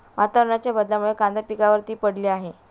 वातावरणाच्या बदलामुळे कांदा पिकावर ती पडली आहे